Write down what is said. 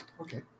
okay